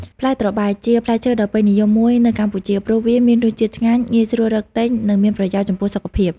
ផ្លែត្របែក ជាផ្លែឈើដ៏ពេញនិយមមួយនៅកម្ពុជា ព្រោះវាមានរសជាតិឆ្ងាញ់ ងាយស្រួលរកទិញ និងមានប្រយោជន៍ចំពោះសុខភាព។